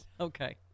Okay